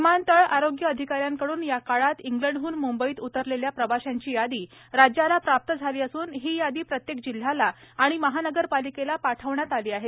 विमानतळ आरोग्य अधिका यांकडून या काळात इंग्लंडह्न म्ंबईत उतरलेल्या प्रवाशांची यादी राज्याला प्राप्त झाली असून ही यादी प्रत्येक जिल्ह्याला आणि महानगरपालिकेला पाठविण्यात आली आहे